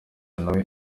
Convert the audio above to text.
nawe